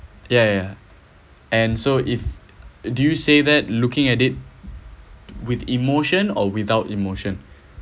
yeah yeah and so if do you say that looking at it with emotion or without emotion